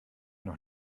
noch